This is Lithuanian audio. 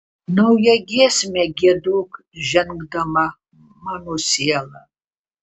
naują giesmę giedok žengdama mano siela